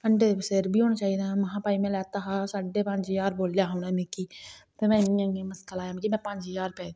में आखेआ में लैता हा साढे चार ज्हार बोल्लेआ हा उनें हे मिगी ते में इयां उंहेगी मसका लाया कि में पंज ज्हार रुपया दित्ता